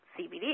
CBD